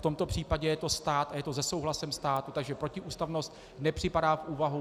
V tomto případě je to stát a je to se souhlasem státu, takže protiústavnost nepřipadá v úvahu.